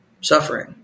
suffering